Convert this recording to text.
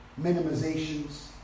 minimizations